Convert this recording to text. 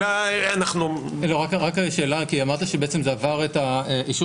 רק השאלה כי אמרת שבעצם זה עבר את האישור